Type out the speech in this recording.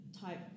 type